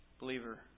Believer